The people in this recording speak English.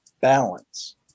balance